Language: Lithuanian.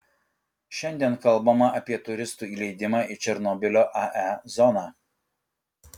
šiandien kalbama apie turistų įleidimą į černobylio ae zoną